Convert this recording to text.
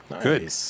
Good